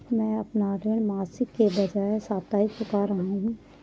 मैं अपना ऋण मासिक के बजाय साप्ताहिक चुका रहा हूँ